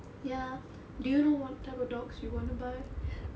ya do you know what type of dogs you want to buy